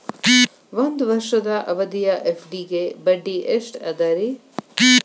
ಒಂದ್ ವರ್ಷದ ಅವಧಿಯ ಎಫ್.ಡಿ ಗೆ ಬಡ್ಡಿ ಎಷ್ಟ ಅದ ರೇ?